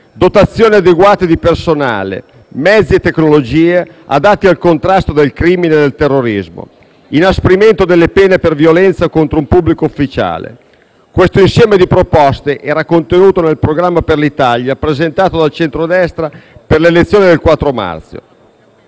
dotazioni adeguate di personale, mezzi e tecnologie adatti al contrasto del crimine e del terrorismo, inasprimento delle pene per violenza contro un pubblico ufficiale: questo insieme di proposte era contenuto nel programma per l'Italia presentato dal centrodestra in occasione delle elezioni